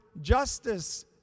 justice